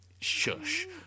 Shush